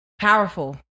Powerful